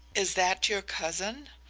is that your cousin?